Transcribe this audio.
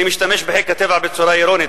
אני משתמש ב"חיק הטבע" בצורה אירונית,